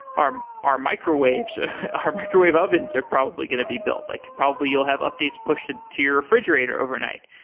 our our microwave so our microwave ovens are probably going to be built. like probably, you'll have updates pushed ah to your refrigerator overnight.